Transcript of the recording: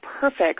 perfect